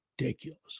ridiculous